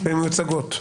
הן מיוצגות.